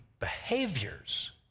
behaviors